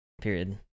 period